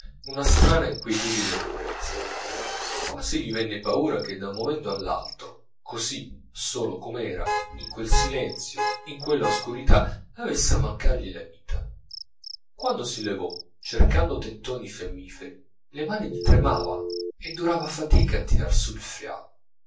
una strana inquietitudine lo prese quasi gli venne paura che da un momento all'altro così solo com'era in quel silenzio in quella oscurità avesse a mancargli la vita quando si levò cercando tentoni i fiammiferi le mani gli tremavano e durava fatica a tirar su